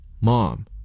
Mom